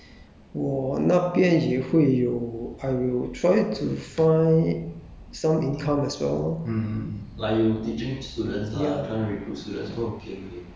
I still can pay for a few months and then 我那边也会有 I will try to find some income as well loh